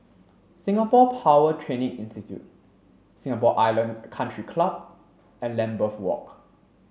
Singapore Power Training Institute Singapore Island Country Club and Lambeth Walk